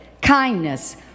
kindness